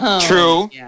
True